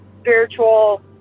spiritual